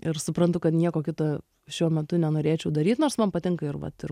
ir suprantu kad nieko kito šiuo metu nenorėčiau daryt nors man patinka ir vat ir